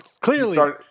clearly